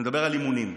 אני מדבר על אימונים,